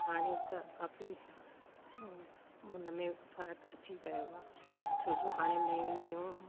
हाणे त काफ़ी उन में फर्क़ु अची वयो आहे छोजो हाणे नयूं नयूं